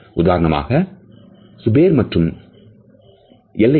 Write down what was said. உதாரணமாக சுபேர் மற்றும் எல்லைகள்